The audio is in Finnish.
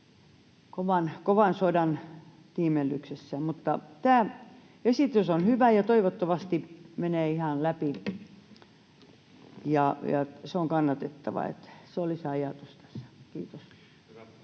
kovan sodan tiimellyksessä. Tämä esitys on hyvä, ja toivottavasti menee läpi. Se on kannatettava, se oli se ajatus tässä. — Kiitos.